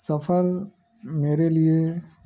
سفر میرے لیے